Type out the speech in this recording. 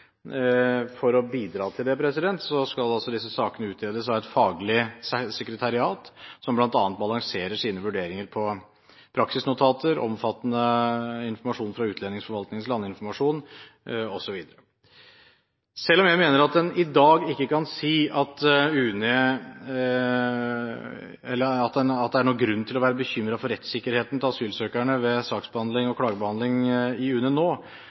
For å bidra til det skal disse sakene utredes av et faglig sekretariat, som bl.a. balanserer sine vurderinger på praksisnotater, omfattende informasjon fra utlendingsforvaltningens landinformasjon osv. Selv om jeg mener at en i dag ikke kan si at det er noen grunn til å være bekymret for rettssikkerheten til asylsøkerne ved saksbehandling og klagebehandling i UNE,